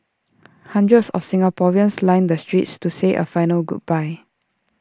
hundreds of Singaporeans lined the streets to say A final goodbye